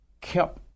kept